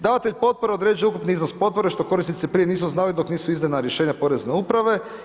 Davatelj potpore određuje ukupni iznos potpore što korisnici prije nisu znali dok nisu izdana rješenja Porezne uprave.